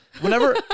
Whenever